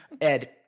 Ed